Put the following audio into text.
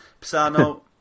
Pisano